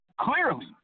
clearly